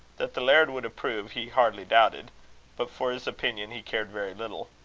that the laird would approve, he hardly doubted but for his opinion he cared very little.